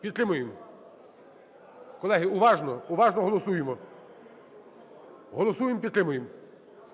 Підтримуємо. Колеги, уважно, уважно голосуємо. Голосуємо і підтримуємо.